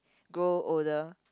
grow older